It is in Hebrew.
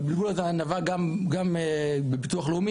והבלבול הזה נבע גם בביטוח לאומי,